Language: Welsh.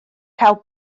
gael